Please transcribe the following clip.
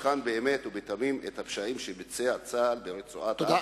שתבחן באמת ובתמים את הפשעים שביצע צה"ל ברצועת-עזה